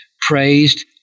praised